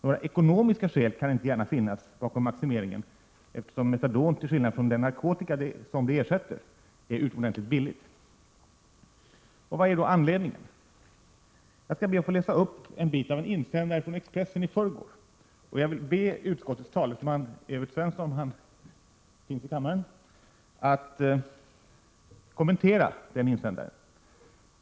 Några ekonomiska skäl kan inte gärna finnas bakom maximeringen, eftersom metadon, till skillnad från den narkotika som det ersätter, är utomordentligt billigt. Vad är då anledningen? Jag skall be att få läsa upp en bit av en insändare i Expressen i förrgår, och jag vill be utskottets talesman Evert Svensson, som finns i kammaren, om en kommentar.